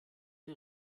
der